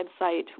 website